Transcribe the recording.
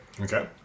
Okay